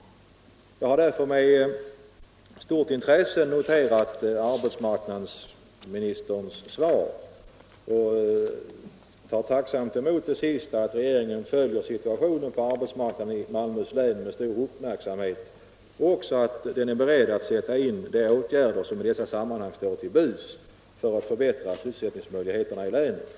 Jag har därför med stort intresse noterat arbetsmarknadsministerns svar och tar tacksamt emot det senaste beskedet att regeringen följer situationen på arbetsmarknaden i Malmöhus län med stor uppmärksamhet och också att den är beredd att sätta in de åtgärder som i dessa sammanhang står till buds för att förbättra sysselsättningsmöjligheterna i länet.